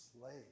slave